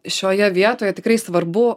šioje vietoje tikrai svarbu